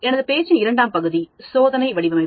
எனது பேச்சின் இரண்டாம் பகுதி சோதனை வடிவமைப்பு